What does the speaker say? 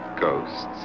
ghosts